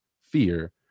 fear